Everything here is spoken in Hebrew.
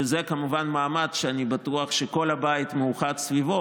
וזה כמובן מאמץ שאני בטוח שכל הבית מאוחד סביבו,